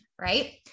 right